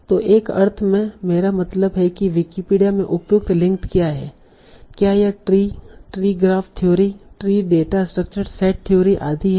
तो एक अर्थ में मेरा मतलब है कि विकिपीडिया में उपयुक्त लिंक क्या है क्या यह tree tree graph theory tree data structure set theory आदि हैं